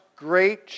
Great